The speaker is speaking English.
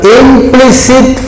implicit